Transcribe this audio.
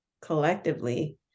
collectively